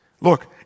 Look